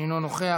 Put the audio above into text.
אינו נוכח.